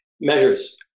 measures